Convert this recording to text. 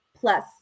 plus